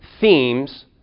themes